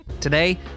Today